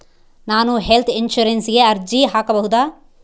ನಾನು ಹೆಲ್ತ್ ಇನ್ಶೂರೆನ್ಸಿಗೆ ಅರ್ಜಿ ಹಾಕಬಹುದಾ?